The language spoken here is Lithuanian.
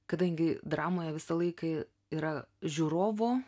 kadangi dramoje visą laiką yra žiūrovų